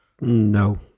No